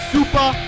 Super